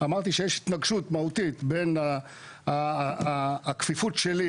אמרתי שיש התנגשות מהותית בין הכפיפות שלי